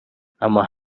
اما